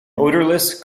odorless